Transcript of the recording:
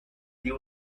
dio